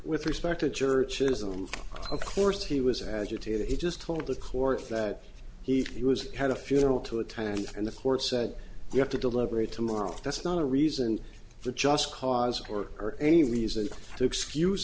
with respect to churches i'm of course he was agitated he just told the court that he he was had a funeral to attend and the court said you have to deliberate tomorrow that's not a reason for just cause or or any reason to excuse